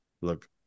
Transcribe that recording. look